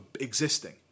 existing